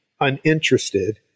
uninterested